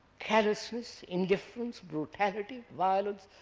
callousness, indifference, brutality, violence,